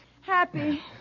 Happy